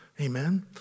Amen